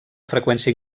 freqüència